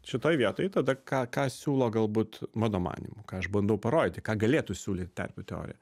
šitoj vietoj tada ką ką siūlo galbūt mano manymu ką aš bandau parodyti ką galėtų siūlyt terpių teorija